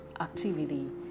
activity